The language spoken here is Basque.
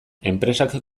enpresak